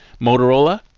Motorola